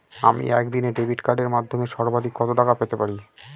আমি একদিনে ডেবিট কার্ডের মাধ্যমে সর্বাধিক কত টাকা পেতে পারি?